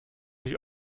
die